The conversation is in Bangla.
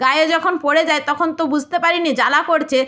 গায়ে যখন পড়ে যায় তখন তো বুঝতে পারি নি জ্বালা করছে